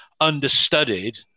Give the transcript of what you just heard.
understudied